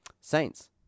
Saints